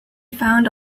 found